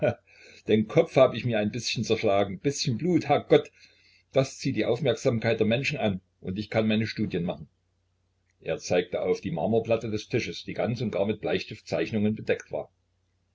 den kopf hab ich mir ein bißchen zerschlagen bißchen blut herrgott das zieht die aufmerksamkeit der menschen an und ich kann meine studien machen er zeigte auf die marmorplatte des tisches die ganz und gar mit bleistiftzeichnungen bedeckt war